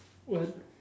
what